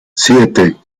siete